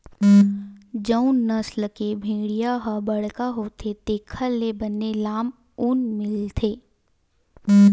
जउन नसल के भेड़िया ह बड़का होथे तेखर ले बने लाम ऊन मिलथे